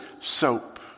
soap